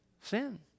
Sin